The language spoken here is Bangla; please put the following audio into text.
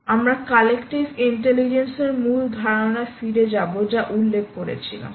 এবার আমরা কালেক্টিভ ইন্টেলিজেন্স এর মূল ধারণা ফিরে যাব যা উল্লেখ করেছিলাম